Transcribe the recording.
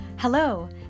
Hello